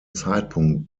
zeitpunkt